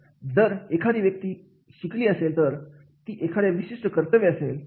जर एखादी व्यक्ती शिकली असेल तर ती एखाद्या विशिष्ट कर्तव्य करेल